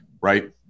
right